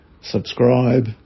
subscribe